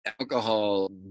alcohol